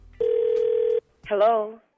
Hello